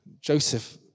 Joseph